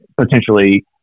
potentially